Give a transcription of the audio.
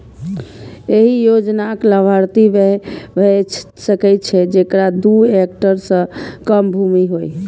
एहि योजनाक लाभार्थी वैह भए सकै छै, जेकरा दू हेक्टेयर सं कम भूमि होय